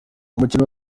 umukino